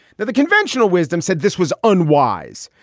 the the conventional wisdom said this was unwise,